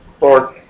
Lord